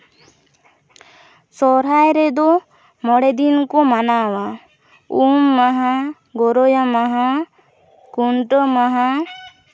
ᱥᱚᱦᱚᱨᱟᱭ ᱨᱮᱫᱚ ᱢᱚᱬᱮ ᱫᱤᱱ ᱠᱚ ᱢᱟᱱᱟᱣᱟ ᱩᱢ ᱢᱟᱦᱟ ᱜᱳᱨᱳᱭᱟ ᱢᱟᱦᱟ ᱠᱷᱩᱱᱴᱟᱹᱣ ᱢᱟᱦᱟ